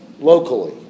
locally